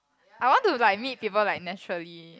I want to like meet people like naturally